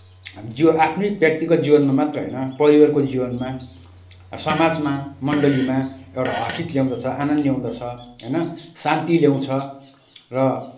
जीवन आफ्नै व्यक्तिगत जीवनमा मात्रै होइन परिवारको जीवनमा समाजमा मण्डलीमा एउटा हर्षित ल्याउँदछ आनन्द ल्याउँदछ होइन शान्ति ल्याउँछ र